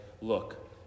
Look